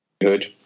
good